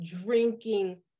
drinking